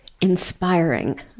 inspiring